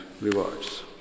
rewards